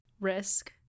risk